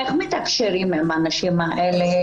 איך מתקשרים אתן במקרה